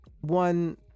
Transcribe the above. One